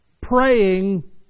praying